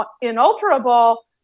inalterable